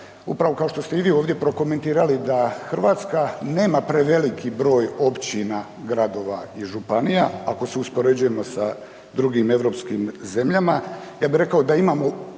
upravo kao što ste i vi ovdje prokomentirali da Hrvatska nema preveliki broj općina, gradova i županija ako se uspoređujemo sa drugim europskim zemljama, ja bi rekao da imamo